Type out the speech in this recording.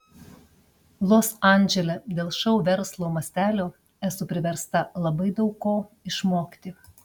los andžele dėl šou verslo mastelio esu priversta labai daug ko išmokti